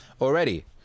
already